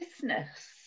business